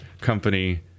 company